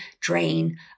drain